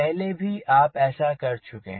पहले भी आप ऐसा कर चुके हैं